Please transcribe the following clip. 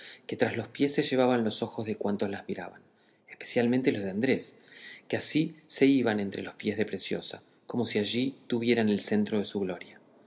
que tras los pies se llevaban los ojos de cuantos las miraban especialmente los de andrés que así se iban entre los pies de preciosa como si allí tuvieran el centro de su gloria